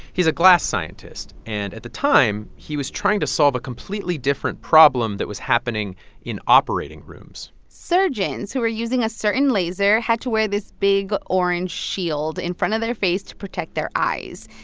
he's a glass scientist. and at the time, he was trying to solve a completely different problem that was happening in operating rooms surgeons, who were using a certain laser, had to wear this big orange shield in front of their face to protect their eyes.